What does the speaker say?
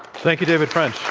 thank you, david french.